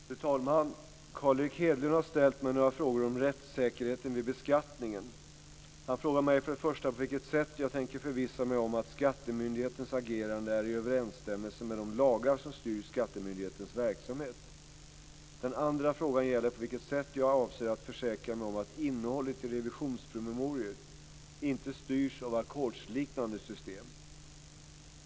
Fru talman! Carl Erik Hedlund har ställt mig några frågor om rättssäkerheten vid beskattningen. Han frågar mig för det första på vilket sätt jag tänker förvissa mig om att skattemyndighetens agerande är i överensstämmelse med de lagar som styr skattemyndighetens verksamhet. Den andra frågan gäller på vilket sätt jag avser att försäkra mig om att innehållet i revisionspromemorior inte styrs av ackordsliknande system.